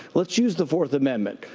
let's use the fourth amendment.